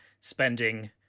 spending